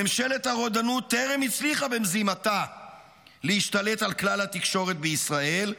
ממשלת הרודנות טרם הצליחה במזימתה להשתלט על כלל התקשורת בישראל,